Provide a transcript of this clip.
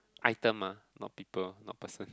item ah not people not person